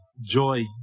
joy